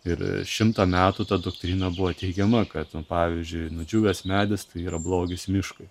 ir šimtą metų ta doktrina buvo teigiama kad pavyzdžiui nudžiūvęs medis tai yra blogis miškui